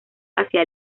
hacia